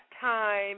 time